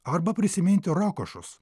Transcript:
arba prisiminti rokošus